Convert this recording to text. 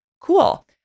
cool